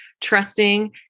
trusting